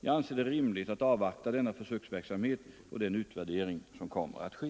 Jag anser det rimligt att avvakta denna försöksverksamhet och den utvärdering som kommer att ske.